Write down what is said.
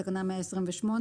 בתקנה 128,